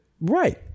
Right